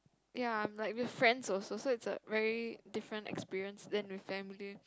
ya I'm like with friends also so it's a very different experience than with family